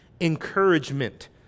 encouragement